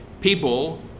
People